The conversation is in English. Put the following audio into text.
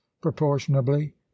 proportionably